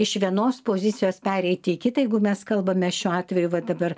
iš vienos pozicijos pereiti į kitą jeigu mes kalbame šiuo atveju va dabar